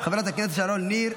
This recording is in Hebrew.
חברת הכנסת שרון ניר,